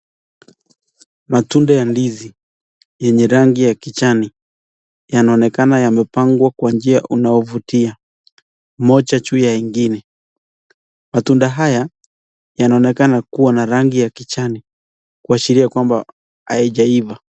Matunda ya ndizi yenye rangi ya kijani yanaonekana yamepangwa kwa njia unayovutia, moja juu ya ingine. Matunda haya yanaonekana kuwa na rangi ya kijani kuashiria kwamba haijaiva.